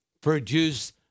Produce